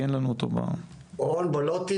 רון בולוטין,